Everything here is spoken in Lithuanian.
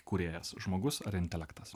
kūrėjas žmogus ar intelektas